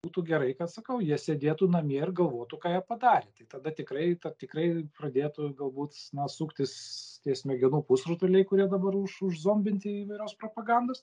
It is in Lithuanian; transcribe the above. būtų gerai kad sakau jie sėdėtų namie ir galvotų ką jie padarė tai tada tikrai ta tikrai pradėtų galbūt na suktis tie smegenų pusrutuliai kurie dabar už užzombinti įvairios propagandos